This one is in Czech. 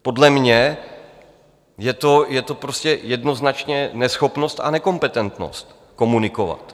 Podle mě je to je to jednoznačně neschopnost a nekompetentnost komunikovat.